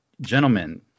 gentlemen